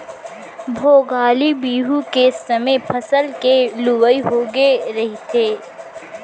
भोगाली बिहू के समे फसल के लुवई होगे रहिथे